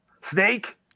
snake